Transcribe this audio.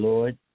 Lord